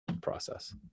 process